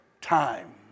time